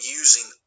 using